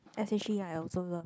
s_h_e I also love